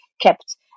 kept